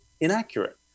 inaccurate